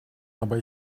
aber